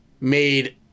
made